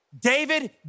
David